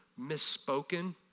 misspoken